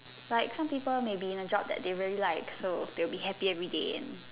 like some people may be in the job they really like so they will be happy every day and